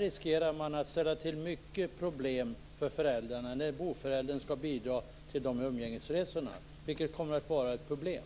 riskerar att ställa till med mycket problem för föräldrarna när boföräldern skall bidra till dessa umgängesresor. Det kommer att vara ett problem.